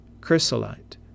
chrysolite